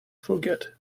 forget